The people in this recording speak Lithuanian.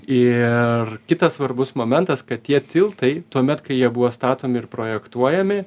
ir kitas svarbus momentas kad tie tiltai tuomet kai jie buvo statomi ir projektuojami